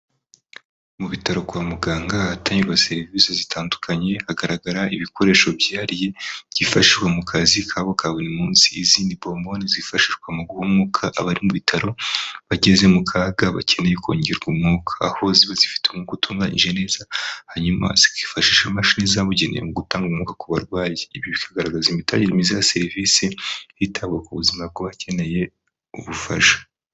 Mu bitaro kwa muganga ahatangirwa serivisi zitandukanye, hagaragara ibikoresho byihariye byifashishwa mu kazi kabo ka buri munsi, izi ni bombone zifashishwa mu guha umwuka abari mu bitaro bageze mu kaga bakeneye kongerwa umwuka, aho ziba zifite umwuka utunganije neza hanyuma zikifashisha imashini zabugenewe mu gutanga umwuka ku barwayi, ibi bikagaragaza imitangire myiza ya serivisi hitabwa ku buzima bw’abakeneye ubufasha.